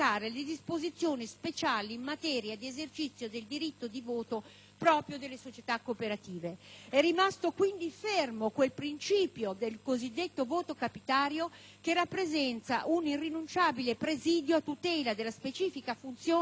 È rimasto quindi fermo il principio del cosiddetto voto capitario, che rappresenta un irrinunciabile presidio a tutela della specifica funzione esercitata dalle banche popolari.